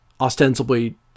ostensibly